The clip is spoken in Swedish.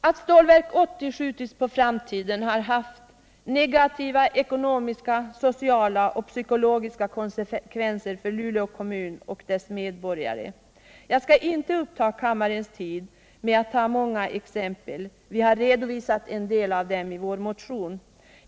Att Stålverk 80 skjutits på framtiden har haft negativa ekonomiska, sociala och psykologiska konsekvenser för Luleå kommun och dess medborgare. Jag skall inte uppta kammarens tid med att ta många exempel. Vi har redovisat en del av dem i vår motion.